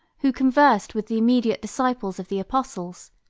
who conversed with the immediate disciples of the apostles,